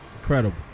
Incredible